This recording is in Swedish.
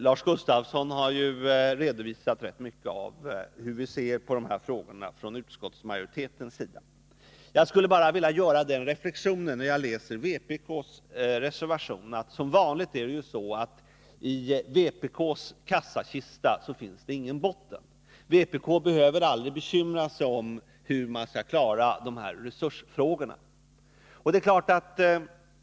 Lars Gustafsson har ganska väl redovisat hur utskottsmajoriteten ser på dessa frågor. Jag skulle bara vilja göra den reflexionen när jag läser vpk:s reservation att det som vanligt inte finns någon botten i vpk:s kassakista. Vpk behöver aldrig bekymra sig över hur man skall klara resursfrågorna.